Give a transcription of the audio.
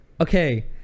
Okay